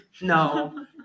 no